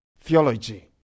theology